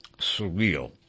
Surreal